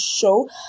show